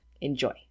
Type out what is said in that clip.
enjoy